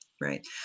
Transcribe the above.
Right